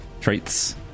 traits